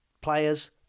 players